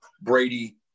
Brady